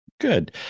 Good